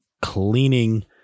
cleaning